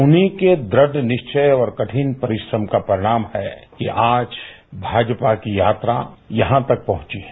उन्हीं के दुढ़ निश्चय और कठिन परिश्रम का परिणाम है कि आज भाजपा की यात्रा यहां तक पहुंची है